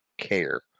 care